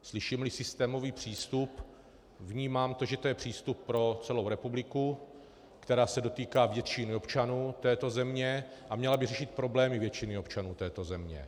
Slyšímli systémový přístup, vnímám to, že to je přístup pro celou republiku, který se dotýká většiny občanů této země a měl by řešit problémy většiny občanů této země.